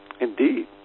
Indeed